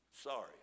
sorry